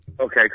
Okay